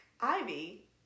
Ivy